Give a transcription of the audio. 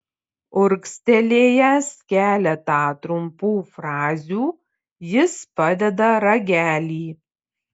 urgztelėjęs keletą trumpų frazių jis padeda ragelį